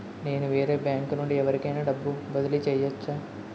నేను వేరే బ్యాంకు నుండి ఎవరికైనా డబ్బు బదిలీ చేయవచ్చా?